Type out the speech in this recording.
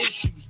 issues